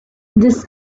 this